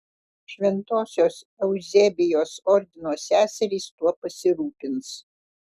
šventosios euzebijos ordino seserys tuo pasirūpins